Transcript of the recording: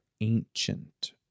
ancient